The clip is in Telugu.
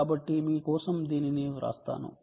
కాబట్టి మీ కోసం దీనిని వ్రాస్తాను